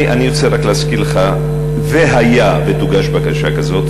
אני רוצה רק להזכיר לך: והיה ותוגש בקשה כזאת,